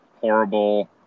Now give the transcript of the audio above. horrible